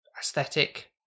aesthetic